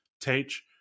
teach